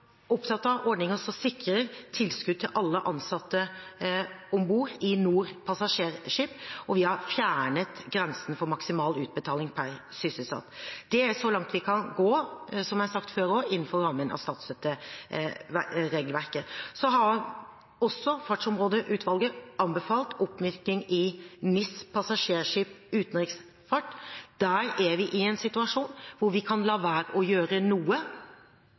opptatt av ordninger som sikrer tilskudd til alle ansatte om bord i NOR passasjerskip, og vi har fjernet grensen for maksimal utbetaling per sysselsatt. Det er så langt vi kan gå, som jeg også har sagt før, innenfor rammen av statsstøtteregelverket. Så har også fartsområdeutvalget anbefalt oppmyking i NIS passasjerskip utenriksfart. Der er vi i en situasjon hvor vi kan la være å gjøre noe